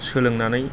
सोलोंनानै